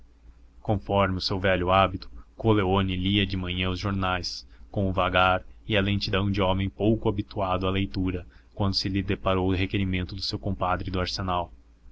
conforme o seu velho hábito coleoni lia de manhã os jornais com o vagar e a lentidão de homem pouco habituado à leitura quando se lhe deparou o requerimento do seu compadre do arsenal